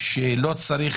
שלא צריך,